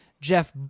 Jeff